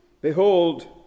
Behold